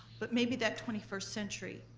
but maybe that twenty first century,